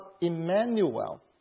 Emmanuel